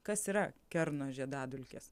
kas yra kerno žiedadulkės